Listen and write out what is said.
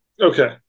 Okay